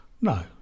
no